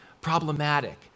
problematic